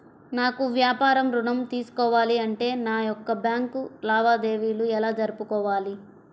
నాకు వ్యాపారం ఋణం తీసుకోవాలి అంటే నా యొక్క బ్యాంకు లావాదేవీలు ఎలా జరుపుకోవాలి?